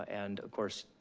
and of course,